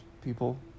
people